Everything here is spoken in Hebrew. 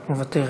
מוותרת.